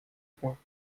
points